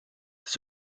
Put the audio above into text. das